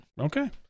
Okay